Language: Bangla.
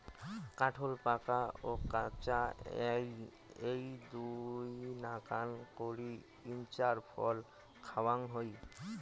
কাঠোল পাকা ও কাঁচা এ্যাই দুইনাকান করি ইঞার ফল খাওয়াং হই